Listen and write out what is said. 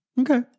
Okay